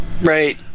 Right